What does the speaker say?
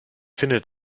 findet